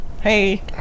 hey